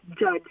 judge